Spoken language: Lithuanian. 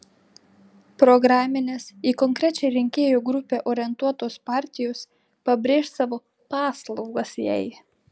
programinės į konkrečią rinkėjų grupę orientuotos partijos pabrėš savo paslaugas jai